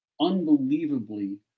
unbelievably